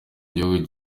gihugu